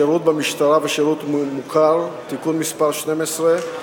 (שירות במשטרה ושירות מוכר) (תיקון מס' 12),